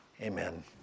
Amen